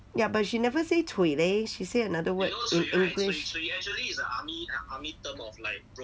ya but she never say cui leh she say another word in english